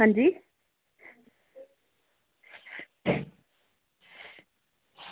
अंजी